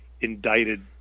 indicted